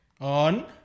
on